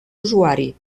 usuari